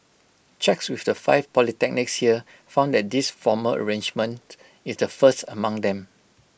checks with the five polytechnics here found that this formal arrangement is the first among them